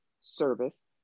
service